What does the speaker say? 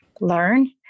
learn